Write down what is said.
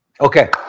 Okay